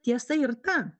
tiesa ir ta